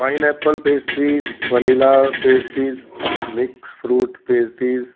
pineapple pastries vanilla pastries pastries pastries pastries